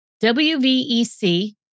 WVEC